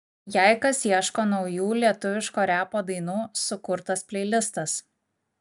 jei kas ieško naujų lietuviško repo dainų sukurtas pleilistas